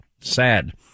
Sad